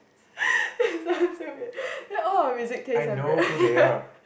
that's why I'm so weird ya all of our music taste are very weird